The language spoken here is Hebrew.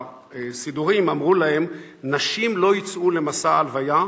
הסידורים אמרו להם: נשים לא יצאו למסע ההלוויה,